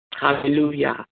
Hallelujah